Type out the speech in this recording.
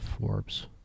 Forbes